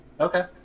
Okay